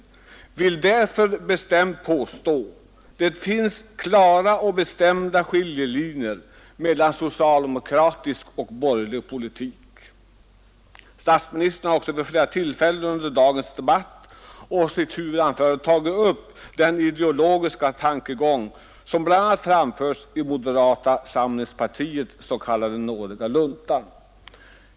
Jag vill därför bestämt påstå, att det finns klara och bestämda skiljelinjer mellan socialdemokratisk och borgerlig politik. Statsministern har också vid flera tillfällen i dagens debatt och särskilt i sitt huvudanförande tagit upp den ideologiska tankegång, som bl.a. framförts i moderata samlingspartiets s.k. nådiga lunta.